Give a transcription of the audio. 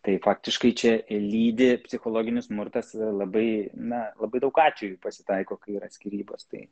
tai faktiškai čia ir lydi psichologinis smurtas labai na labai daug atvejų pasitaiko kai yra skyrybos tai